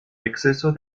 exceso